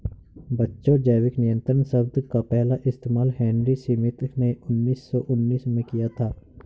बच्चों जैविक नियंत्रण शब्द का पहला इस्तेमाल हेनरी स्मिथ ने उन्नीस सौ उन्नीस में किया था